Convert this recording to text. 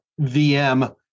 VM